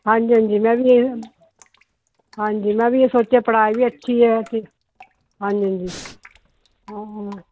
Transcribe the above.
ਹਾਂਜੀ ਹਾਂਜੀ ਮੈਂ ਵੀ ਹਾਂਜੀ ਵੀ ਇਹ ਸੋਚਿਆ ਕਿ ਪੜ੍ਹਾਈ ਵੀ ਅੱਛੀ ਹੈ ਅਤੇ ਹਾਂਜੀ ਹਾਂਜੀ ਹਾਂ ਹਾਂ